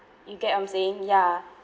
you get what I'm saying ya